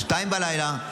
השעה 02:00,